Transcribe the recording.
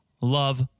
Love